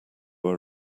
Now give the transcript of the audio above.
are